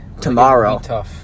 tomorrow